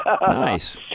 Nice